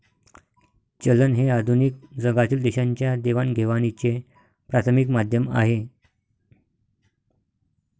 चलन हे आधुनिक जगातील देशांच्या देवाणघेवाणीचे प्राथमिक माध्यम आहे